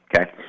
Okay